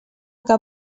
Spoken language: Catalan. que